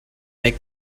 make